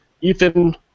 Ethan